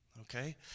Okay